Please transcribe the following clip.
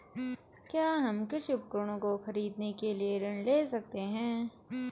क्या हम कृषि उपकरणों को खरीदने के लिए ऋण ले सकते हैं?